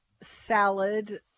salad